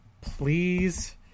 please